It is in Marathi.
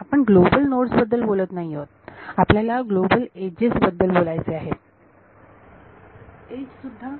आपण ग्लोबल नोड्स बद्दल बोलत नाही आहोत आपल्याला ग्लोबल एजेस बद्दल बोलायचे आहे विद्यार्थी एज सुद्धा